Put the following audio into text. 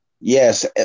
Yes